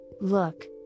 Look